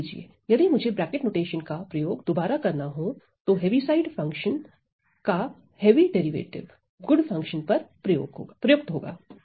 ध्यान दीजिए यदि मुझे ब्रैकेट नोटेशन का प्रयोग दोबारा करना हो तो हेविसाइड फंक्शन का हेवी डेरिवेटिव गुड फंक्शन पर प्रयुक्त होगा